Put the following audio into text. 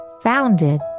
founded